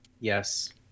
Yes